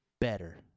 better